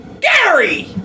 Gary